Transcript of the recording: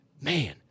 man